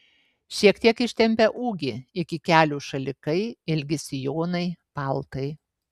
šiek tiek ištempia ūgį iki kelių šalikai ilgi sijonai paltai